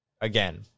Again